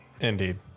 indeed